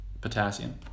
potassium